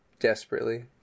desperately